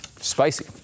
Spicy